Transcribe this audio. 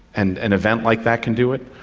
and an event like that can do it,